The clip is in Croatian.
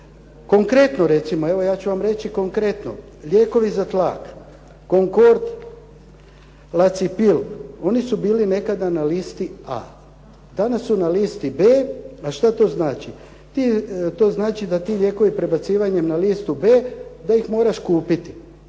konkretno. Lijekovi za tlak Konkord, Lacipil oni su nekada bili na listi A, danas su naliti B. A što to znači? To znači da ti lijekovi prebacivanjem na listu B, da ih moraš kupiti.